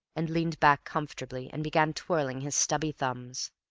and leaned back comfortably, and began twirling his stubby thumbs.